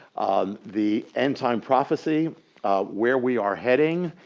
the end time prophecy where we are heading,